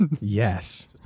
Yes